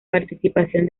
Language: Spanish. participación